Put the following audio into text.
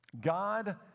God